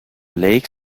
lake